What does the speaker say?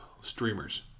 streamers